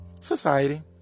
Society